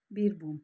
Birbhum